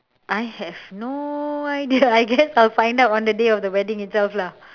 I have no idea I guess I will find out on the day of the wedding itself lah